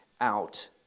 out